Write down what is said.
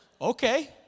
okay